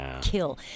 kill